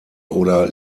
oder